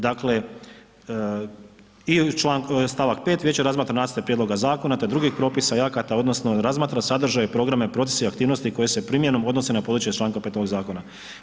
Dakle, i st. 5. vijeće razmatra nacrte prijedloga zakona, te drugih propisa i akata odnosno razmatra sadržaje i programe, procese i aktivnosti koje se primjenom odnose na područje iz čl. 5. ovog zakona.